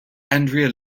andrea